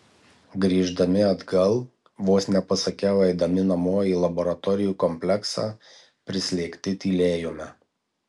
grįždami atgal vos nepasakiau eidami namo į laboratorijų kompleksą prislėgti tylėjome